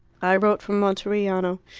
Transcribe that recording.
i wrote from monteriano.